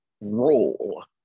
role